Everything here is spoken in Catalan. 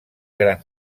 gran